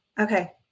okay